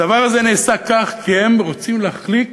הדבר הזה נעשה כך, כי הם רוצים להחליק